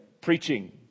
preaching